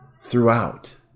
throughout